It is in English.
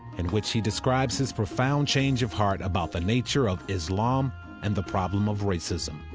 in which he describes his profound change of heart about the nature of islam and the problem of racism.